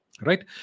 Right